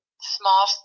small